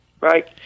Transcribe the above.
Right